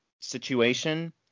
situation –